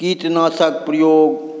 कीटनाशकके प्रयोग